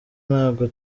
ntabwo